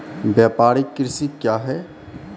व्यापारिक कृषि क्या हैं?